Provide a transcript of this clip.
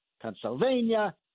Pennsylvania